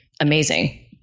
amazing